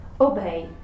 Obey